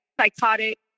psychotic